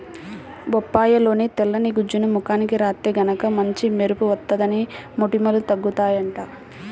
బొప్పాయిలోని తెల్లని గుజ్జుని ముఖానికి రాత్తే గనక మంచి మెరుపు వత్తది, మొటిమలూ తగ్గుతయ్యంట